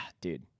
dude